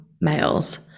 males